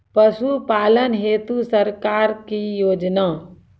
पशुपालन हेतु सरकार की योजना?